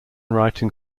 writing